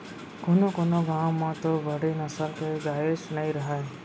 कोनों कोनों गॉँव म तो बड़े नसल के गायेच नइ रहय